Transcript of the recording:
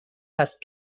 هست